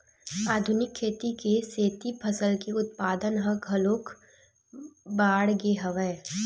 आधुनिक खेती के सेती फसल के उत्पादन ह घलोक बाड़गे हवय